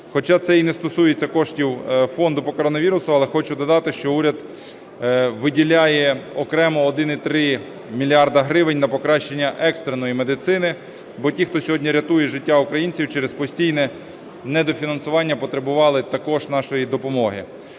Хоча це і не стосується коштів фонду по коронавірусу, але хочу додати, що уряд виділяє окремо 1,3 мільярда гривень на покращення екстреної медицини. Бо ті, хто сьогодні рятують життя українців, через постійне недофінансування потребували також нашої допомоги.